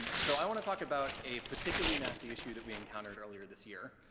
so i want to talk about a particularly nasty issue that we encountered earlier this year.